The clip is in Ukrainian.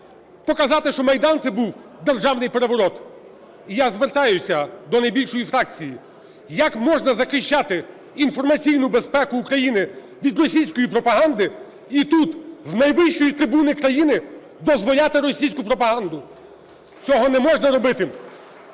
показати, що Майдан - це був державний переворот. І я звертаюся до найбільшої фракції. Як можна захищати інформаційну безпеку України від російської пропаганди і тут, з найвищої трибуни країни, дозволяти російську пропаганду? Цього не можна робити.